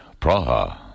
Praha